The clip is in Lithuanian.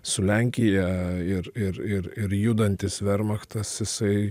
su lenkija ir ir ir ir judantis vermachtas jisai